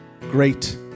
great